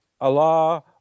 Allah